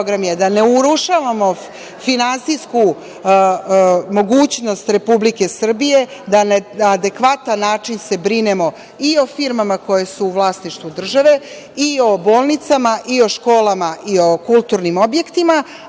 da ne urušavamo finansijsku mogućnost Republike Srbije da se na adekvatan način brinemo i o firmama koje su u vlasništvu države i o bolnicama i o školama i o kulturnim objektima,